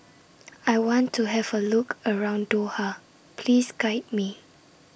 I want to Have A Look around Doha Please Guide Me